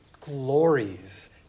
glories